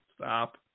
Stop